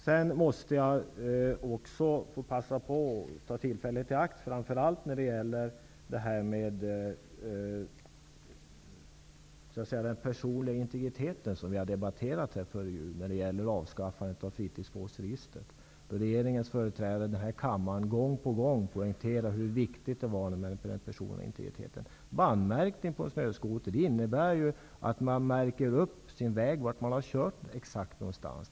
Jag måste också ta tillfället i akt och ta upp frågan om den personliga integriteten som vi debatterade när det gällde avskaffandet av fritidsbåtsregistret. Regeringens företrädare i kammaren poängterade då gång på gång hur viktigt det var med den personliga integriteten. Bandmärkning på snöskoter innebär ju att den väg man kört märks upp exakt.